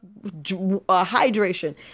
hydration